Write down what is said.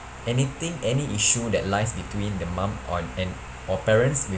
anything any issue that lies between the mum on and or parents